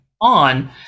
on